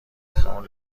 خیابون